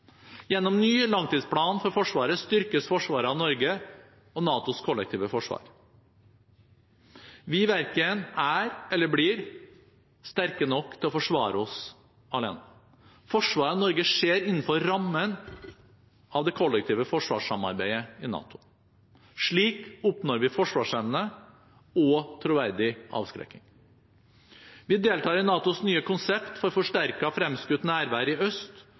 Gjennom ny langtidsplan for Forsvaret styrkes forsvaret av Norge og NATOs kollektive forsvar. Vi verken er – eller blir – sterke nok til å forsvare oss alene. Forsvaret av Norge skjer innenfor rammen av det kollektive forsvarssamarbeidet i NATO. Slik oppnår vi forsvarsevne og troverdig avskrekking. Vi deltar i NATOs nye konsept for forsterket fremskutt nærvær i øst,